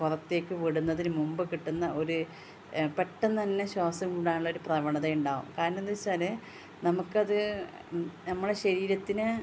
പുറത്തേക്ക് വിടുന്നതിന് മുമ്പ് കിട്ടുന്ന ഒരു പെട്ടെന്ന് തന്നെ ശ്വാസം വിടാനുള്ളൊരു പ്രവണത ഉണ്ടാവും കാരണം എന്താണെന്ന് വച്ചാൽ നമ്മൾക്ക് അത് നമ്മളെ ശരീരത്തിന്